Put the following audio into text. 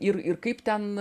ir ir kaip ten